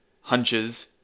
hunches